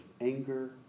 anger